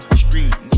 street